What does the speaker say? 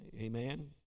Amen